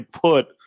put